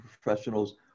professionals